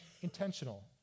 intentional